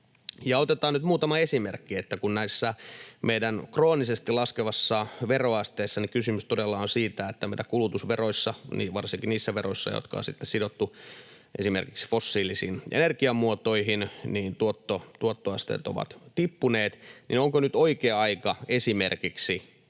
Otetaan nyt muutama esimerkki. Kun meidän kroonisesti laskevassa veroasteessa kysymys todella on siitä, että meidän kulutusveroissa — varsinkin niissä veroissa, jotka on sitten sidottu esimerkiksi fossiilisiin energiamuotoihin — tuottoasteet ovat tippuneet, niin onko nyt oikea aika esimerkiksi